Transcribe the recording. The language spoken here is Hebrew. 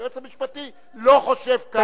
היועץ המשפטי לא חושב כך.